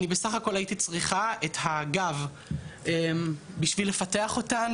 אני בסך הכל הייתי צריכה את הגב בשביל לפתח אותן.